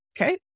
okay